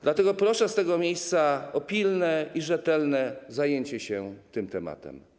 Dlatego proszę z tego miejsca o pilne i rzetelne zajęcie się tym tematem.